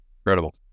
Incredible